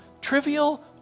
trivial